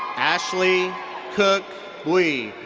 ashley khuc bui.